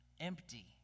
empty